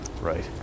right